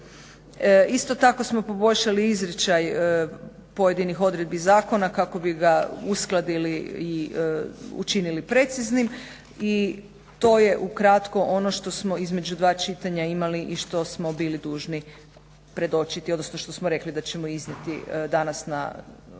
Isto tako smo poboljšali izričaj pojedinih odredbi zakona kako bi ga uskladili i učinili preciznim. I to je ukratko ono što smo između dva čitanja imali i što smo bili dužni predočiti odnosno što smo rekli da ćemo iznijeti danas na drugom